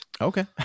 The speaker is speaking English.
Okay